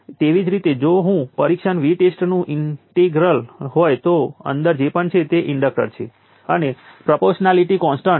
તેથી પાવર ફરીથી 0 છે અને આ ઈન્ટરવલોની વચ્ચે આપણી પાસે આ પ્રકારની સીધી રેખા છે જે કોન્સ્ટન્ટ ગુણાકાર કરે છે